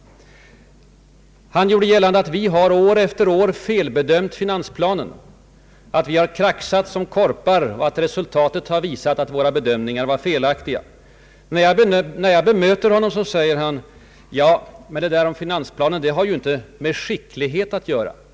Herr Palme gjorde gällande att vi år efter år hade felbedömt finansplanen, att vi kraxat som korpar och att resultaten har visat att våra bedömningar var felaktiga. När jag bemöter herr Palme i dessa hänseenden, ändrar han argumentering: ”Finansplanen har inte med skicklighet att göra”, säger han.